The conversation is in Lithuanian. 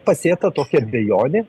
pasėta tokia abejonė